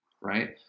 right